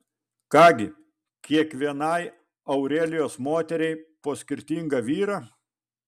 ką gi kiekvienai aurelijos moteriai po skirtingą vyrą